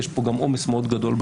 יש כאן עומס מאוד גדול.